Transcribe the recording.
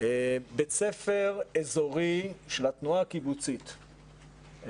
בית ספר אזורי של התנועה הקיבוצית,